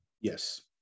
Yes